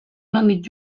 nondik